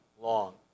long